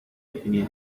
gimió